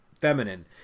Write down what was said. feminine